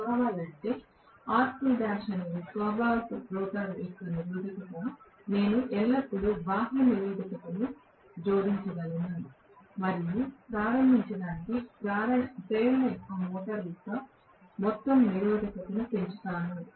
నాకు కావాలంటే R2' అనేది స్వాభావిక రోటర్ నిరోధకత నేను ఎల్లప్పుడూ బాహ్య నిరోధకతను జోడించగలను మరియు ప్రారంభించడానికి ప్రేరణ మోటారు యొక్క మొత్తం నిరోధకతను పెంచుతాను